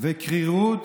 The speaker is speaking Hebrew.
קרירות